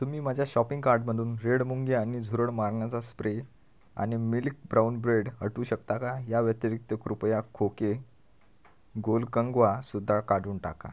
तुम्ही माझ्या शॉपिंग कार्डमधून रेड मुंगी आणि झुरळ मारण्याचा स्प्रे आणि मिल्क ब्राऊन ब्रेड हटवू शकता का या व्यतिरिक्त कृपया खोके गोल कंगवासुद्धा काढून टाका